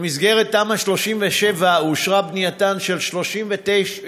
במסגרת תמ״א 37 אושרה בניית 32 אסדות